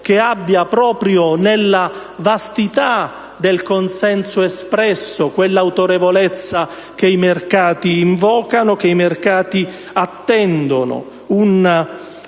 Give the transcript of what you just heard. che abbia proprio nella vastità del consenso espresso quell'autorevolezza che i mercati invocano, che i mercati attendono; un